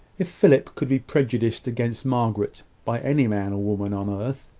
if philip could be prejudiced against margaret by any man or woman on earth,